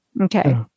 Okay